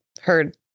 Heard